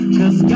cause